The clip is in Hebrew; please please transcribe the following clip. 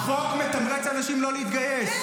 החוק מתמרץ אנשים לא להתגייס.